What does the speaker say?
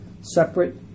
Separate